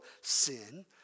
sin